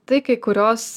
tai kurios